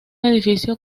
edificio